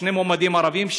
שני מועמדים ערבים,